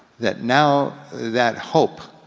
that now that hope,